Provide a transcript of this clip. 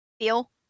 feel